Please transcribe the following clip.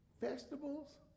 Vegetables